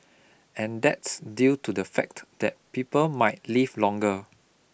and that's due to the fact that people might live longer